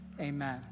Amen